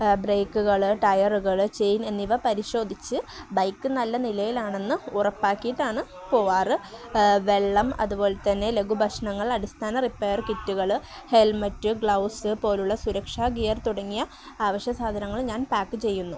ബ്രേക്കുകൾ ടയറുകൾ ചെയിൻ എന്നിവ പരിശോധിച്ച് ബൈക്ക് നല്ല നിലയിലാണെന്ന് ഉറപ്പാക്കിയിട്ടാണ് പോകാറ് വെള്ളം അതു പോലെ തന്നെ ലഘു ഭക്ഷണങ്ങൾ അടിസ്ഥാന റിപ്പയർ കിറ്റുകൾ ഹെൽമറ്റ് ഗ്ലൗസ് പോലെയുള്ള സുരക്ഷാ ഗിയർ തുടങ്ങിയ അവശ്യസാധനങ്ങൾ ഞാൻ പാക്ക് ചെയ്യുന്നു